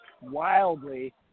wildly